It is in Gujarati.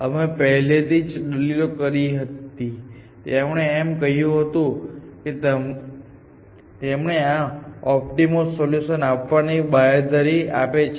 અમે પહેલેથી જ દલીલ કરી હતી તેમણે એમ પણ કહ્યું હતું કે તેમણે આ ઓપ્ટિમલ સોલ્યુશન આપવાની બાંયધરી આપે છે